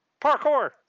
Parkour